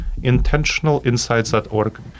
intentionalinsights.org